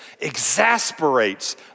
exasperates